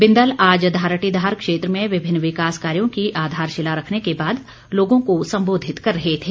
बिंदल आज धारटीधार क्षेत्र में विभिन्न विकास कार्यो की आधारशिला रखने के बाद लोगों को सम्बोधित कर रहे थे